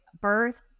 birth